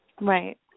Right